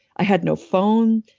i had no phone.